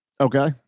Okay